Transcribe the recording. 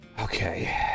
Okay